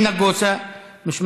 אם נותנים את האופציה.